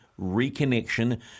reconnection